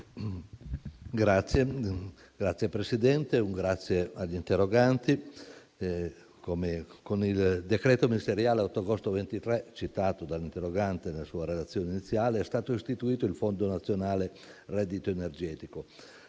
Signor Presidente, ringrazio gli interroganti. Con il decreto ministeriale 8 agosto 2023, citato dall'interrogante nella sua relazione iniziale, è stato istituito il Fondo nazionale reddito energetico